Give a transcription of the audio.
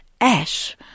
ash